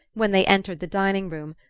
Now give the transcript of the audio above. when they entered the dining-room,